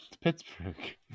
Pittsburgh